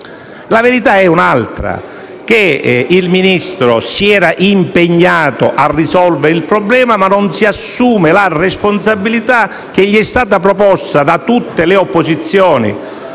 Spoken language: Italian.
La verità è un'altra, ovvero che il Ministro si era impegnato a risolvere il problema, ma non si assume la responsabilità che gli è stata proposta da tutte le opposizioni.